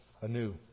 anew